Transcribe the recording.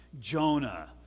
Jonah